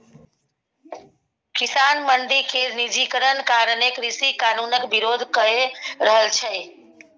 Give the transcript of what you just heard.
किसान मंडी केर निजीकरण कारणें कृषि कानुनक बिरोध कए रहल छै